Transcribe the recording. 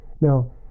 Now